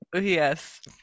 Yes